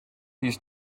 his